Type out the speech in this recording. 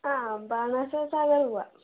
ആ ബാണാസുര സാഗർ പോവാം